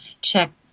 check